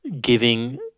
giving